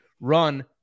run